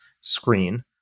screen